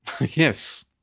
Yes